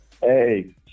Hey